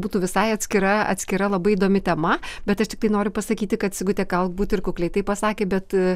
būtų visai atskira atskira labai įdomi tema bet aš tiktai noriu pasakyti kad sigutė galbūt ir kukliai tai pasakė bet